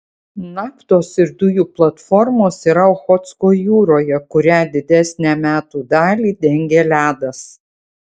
naftos ir dujų platformos yra ochotsko jūroje kurią didesnę metų dalį dengia ledas